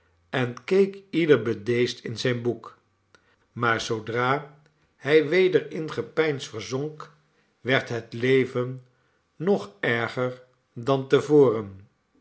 en keek ieder bedeesd in zijn boek maar zoodra hij weder in gepeins verzonk werd het leven nog erger dan